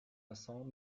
vincent